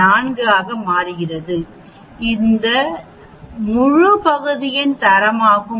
4 ஆக மாறுகிறது இது இந்த முழு பகுதியின் தரமாகும்